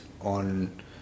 on